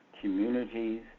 communities